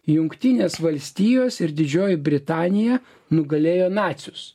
jungtinės valstijos ir didžioji britanija nugalėjo nacius